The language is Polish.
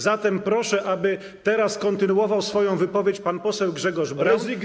Zatem proszę, aby teraz kontynuował swoją wypowiedź pan poseł Grzegorz Braun.